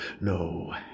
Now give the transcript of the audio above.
no